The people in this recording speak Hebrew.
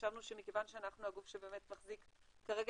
חשבנו שמכיוון שאנחנו הגוף שבאמת מחזיק כרגע